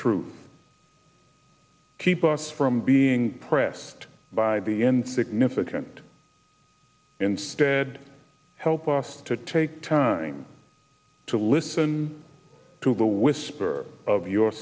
truth keep us from being pressed by the end significant instead help us to take time to listen to the whisper of your